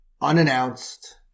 unannounced